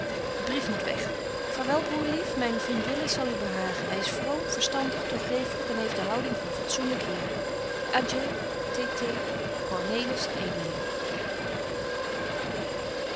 de brief moet weg vaarwel broer lief myn vriend willis zal u behagen hy is vroom verstandig toegeeflyk en heeft de houding van een fatsoenlyk heer